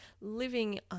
living